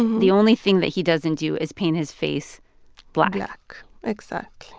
the only thing that he doesn't do is paint his face black black. exactly,